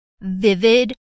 vivid